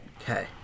Okay